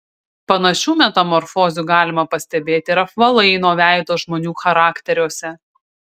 panašių metamorfozių galima pastebėti ir apvalaino veido žmonių charakteriuose